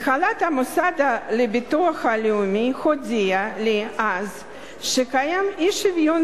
2. הנהלת המוסד לביטוח הלאומי הודיעה לי אז שקיים אי-שוויון